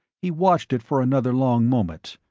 he watched it for another long moment,